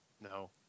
No